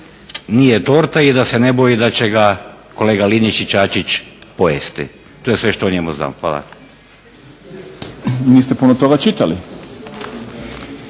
nije torta i da se ne boji da će ga kolega Linić i Čačić pojesti. To je sve što o njemu znam. Hvala. **Šprem, Boris